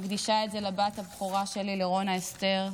אני מקדישה את זה לבת הבכורה שלי, לרונה אסתר.